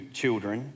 children